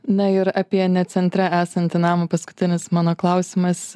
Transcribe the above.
na ir apie ne centre esantį namą paskutinis mano klausimas